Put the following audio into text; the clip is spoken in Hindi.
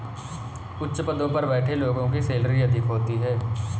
उच्च पदों पर बैठे लोगों की सैलरी अधिक होती है